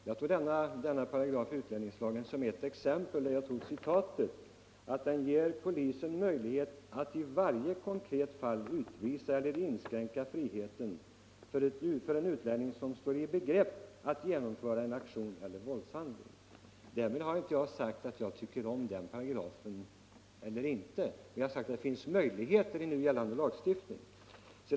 Jag citerade 34 § i utlänningslagen som ett exempel på det. Den ger polisen möjlighet att i varje konkret fall utvisa eller inskränka friheten för en utlänning som står i begrepp att genomföra en aktion eller våldshandling. Därmed har jag inte sagt om jag tycker om den paragrafen eller inte. Jag har sagt att det med nu gällande lagstiftning finns möjligheter att tillgodose det syfte som terroristlagen anses ha.